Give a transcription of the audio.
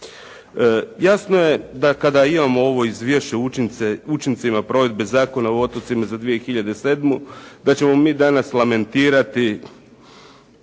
Jasno je da kada imamo ovo Izvješće o učincima provedbe Zakona o otocima za 2007. da ćemo mi danas lamentirati